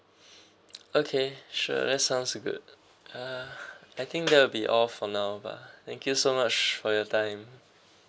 okay sure that sounds good uh I think that will be all for now lah thank you so much for your time